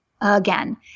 again